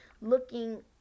looking